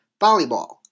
volleyball